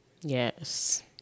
Yes